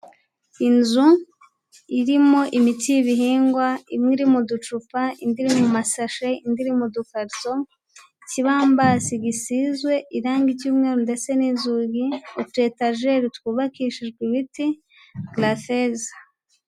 Inzu irimo imiti y'ibihingwa imwe iri mu ducupa indi iri mu masashe, indi iri mu dukarito, ikibambasi gisizwe irangi icyumweru ndetse n'inzugi, utu etajeri twubakishijwe imiti, garafezi.